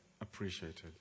appreciated